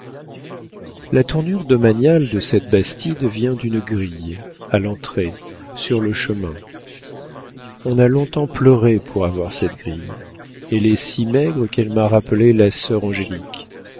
la tournure domaniale de cette bastide vient d'une grille à l'entrée sur le chemin on a longtemps pleuré pour avoir cette grille elle est si maigre qu'elle m'a rappelé la sœur angélique